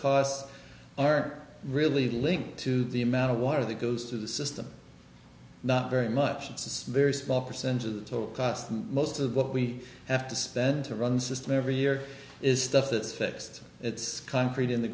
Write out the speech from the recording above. costs are really linked to the amount of water that goes through the system not very much it's a very small percentage of the total cost and most of what we have to spend to run the system every year is stuff that's fixed it's concrete in the